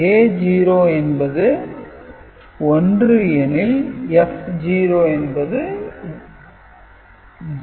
A0 என்பது 1 எனில் F0 என்பது 0